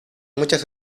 muchas